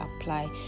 apply